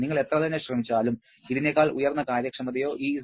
നിങ്ങൾ എത്രതന്നെ ശ്രമിച്ചാലും ഇതിനെക്കാൾ ഉയർന്ന കാര്യക്ഷമതയോ ഈ 0